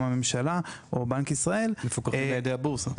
הממשלה או בנק ישראל --- הם מפוקחים על ידי הבורסה.